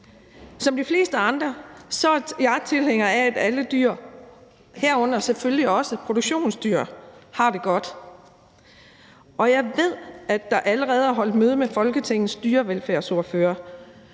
Som de fleste andre er jeg tilhænger af, at alle dyr, herunder selvfølgelig også produktionsdyr, har det godt, og jeg ved, at der allerede er holdt møde med Folketingets dyrevelfærdsordførere,